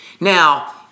Now